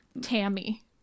tammy